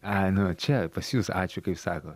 ai nu čia pas jus ačiū kaip sako